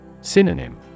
Synonym